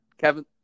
Kevin